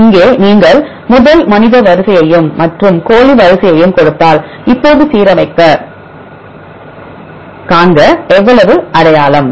இங்கே நீங்கள் முதல் மனித வரிசையையும் மற்றும் கோழி வரிசையையும் கொடுத்தால் இப்போது சீரமைக்க காண்க எவ்வளவு அடையாளம்